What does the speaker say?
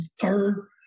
Third